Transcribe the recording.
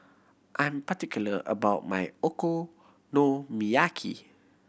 I'm particular about my Okonomiyaki